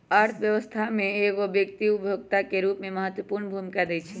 अर्थव्यवस्था में एगो व्यक्ति उपभोक्ता के रूप में महत्वपूर्ण भूमिका दैइ छइ